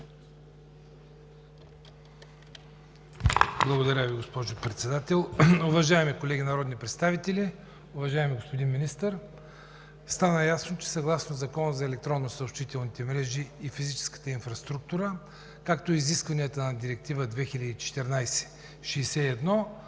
Благодаря Ви, госпожо Председател. Уважаеми колеги народни представители! Уважаеми господин Министър, стана ясно, че съгласно Закона за електронните съобщителни мрежи и физическа инфраструктура, както и изискванията на Директива 2014/61